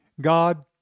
God